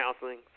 counseling